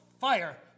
fire